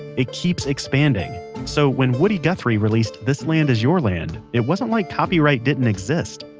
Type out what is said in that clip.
it keeps expanding so, when woody guthrie released this land is your land, it wasn't like copyright didn't exist.